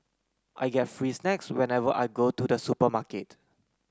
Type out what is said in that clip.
I get free snacks whenever I go to the supermarket